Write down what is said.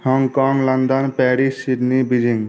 Hong Kong London Paris Sydney Beijing